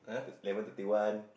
level thirty one